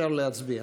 אפשר להצביע.